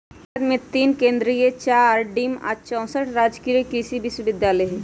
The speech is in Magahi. भारत मे तीन केन्द्रीय चार डिम्ड आ चौसठ राजकीय कृषि विश्वविद्यालय हई